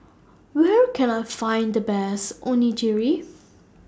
Where Can I Find The Best Onigiri